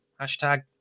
hashtag